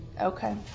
Okay